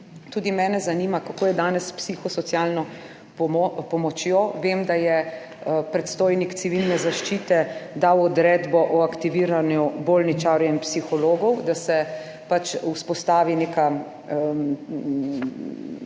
tudi mene zanima, kako je danes s psihosocialno pomočjo? Vem, da je predstojnik Civilne zaščite dal odredbo o aktiviranju bolničarjev in psihologov, da se pač vzpostavi neka,